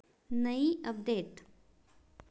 New update